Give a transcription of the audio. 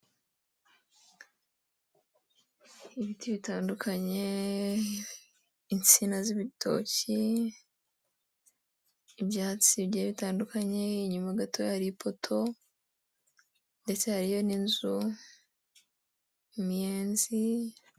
Ibiti bitandukanye, itsina z'ibitoki, ibyatsi bigiye bitandukanye, inyuma gato hari ipoto ndetse hariyo n'inzu imiyenzi.